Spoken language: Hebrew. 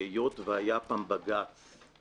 היות והייתה פעם עתירה